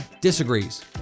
disagrees